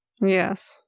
yes